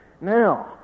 Now